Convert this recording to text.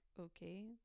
okay